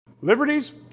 Liberties